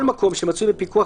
כל מקום שמצוי בפיקוח,